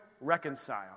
reconcile